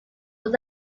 was